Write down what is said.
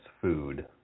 food